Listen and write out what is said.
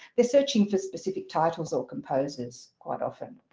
they're searching for specific titles or composers, quite often,